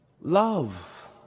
Love